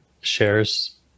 shares